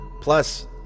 Plus